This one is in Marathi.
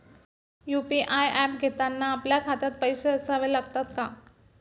यु.पी.आय ऍप घेताना आपल्या खात्यात पैसे असावे लागतात का?